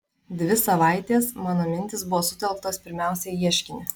dvi savaitės mano mintys buvo sutelktos pirmiausia į ieškinį